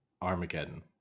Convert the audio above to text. Armageddon